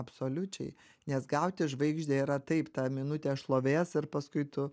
absoliučiai nes gauti žvaigždę yra taip ta minutė šlovės ir paskui tu